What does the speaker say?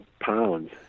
pounds